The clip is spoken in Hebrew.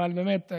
אבל באמת,